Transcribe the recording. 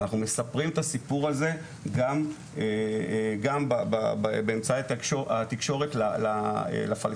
אנחנו מספרים את הסיפור הזה גם באמצעי התקשורת לפלסטינאים,